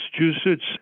Massachusetts